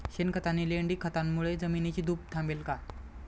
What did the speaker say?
शेणखत आणि लेंडी खतांमुळे जमिनीची धूप थांबेल का?